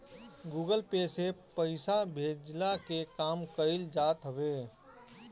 Google Pay से पईसा भेजला के काम कईल जात हवे